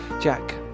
Jack